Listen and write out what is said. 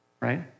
right